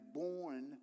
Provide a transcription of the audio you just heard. born